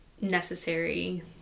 necessary